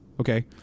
Okay